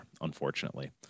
unfortunately